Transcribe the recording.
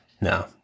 No